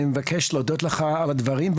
אני מבקש להודות לך על הדברים,